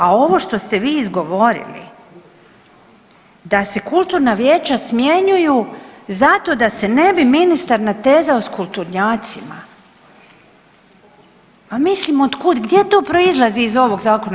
A ovo što ste vi izgovorili da se kulturna vijeća smjenjuju zato da se ne bi ministar natezao s kulturnjacima, pa mislim od kud, gdje to proizlazi iz ovog zakona?